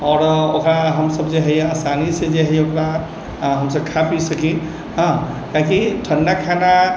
आओर ओकरा हम सभ जे हइ आसानीसँ जे हइ ओकरा हम सभ खा पी सकी हँ कियाकि ठण्डा खाना